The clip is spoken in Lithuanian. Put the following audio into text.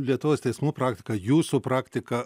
lietuvos teismų praktika jūsų praktika